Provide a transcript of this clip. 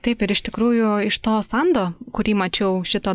taip ir iš tikrųjų iš to sando kurį mačiau šito